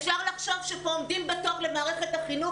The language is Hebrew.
אפשר לחשוב שפה עומדים בתור למערכת החינוך,